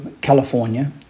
California